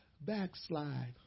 backslide